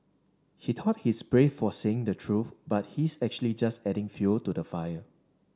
he thought he's brave for saying the truth but he's actually just adding fuel to the fire